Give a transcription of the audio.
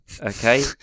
Okay